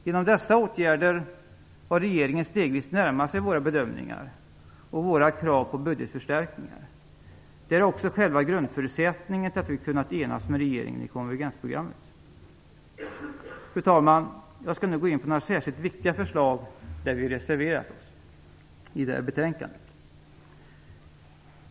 Genom dessa åtgärder har regeringen stegvis närmat sig våra bedömningar och våra krav på budgetförstärkningar. Det är också själva grundförutsättningen för att vi har kunnat enas med regeringen i konvergensprogrammet. Fru talman! Jag skall nu gå in på några särskilt viktiga förslag där vi har reserverat oss till betänkandet.